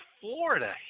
Florida